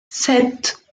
sept